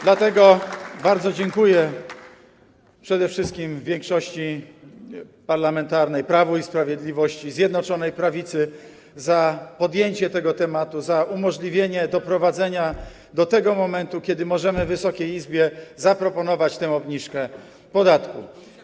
Dlatego bardzo dziękuję przede wszystkim większości parlamentarnej, Prawu i Sprawiedliwości, Zjednoczonej Prawicy, za podjęcie tego tematu, za umożliwienie doprowadzenia do tego momentu, kiedy możemy Wysokiej Izbie zaproponować tę obniżkę podatku.